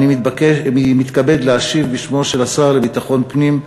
אני מתכבד להשיב בשמו של השר לביטחון פנים,